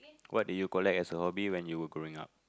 what did you collect as a hobby when you were growing up